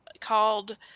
called